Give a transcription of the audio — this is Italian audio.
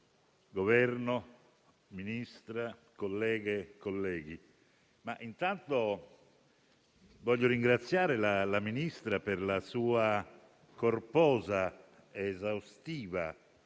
signor Ministro, colleghe e colleghi, intanto voglio ringraziare il Ministro per la sua corposa ed esaustiva